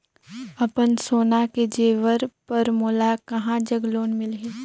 अपन सोना के जेवर पर मोला कहां जग लोन मिलही?